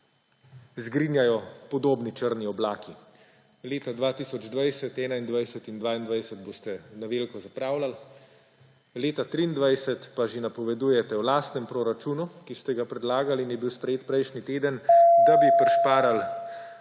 zgrinjajo podobni črni oblaki. Leta 2020, 2021 in 2022 boste na veliko zapravljali, leta 2023 pa že napovedujete v lastnem proračunu, ki ste ga predlagali in je bil sprejet prejšnji teden, da bi prišparali